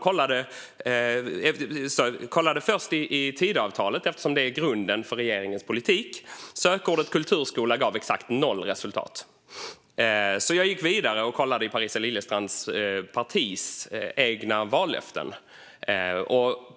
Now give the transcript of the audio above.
Jag kollade först i Tidöavtalet, eftersom det är grunden för regeringens politik. Sökordet kulturskola gav exakt noll resultat. Jag gick vidare och kollade Parisa Liljestrands partis egna vallöften.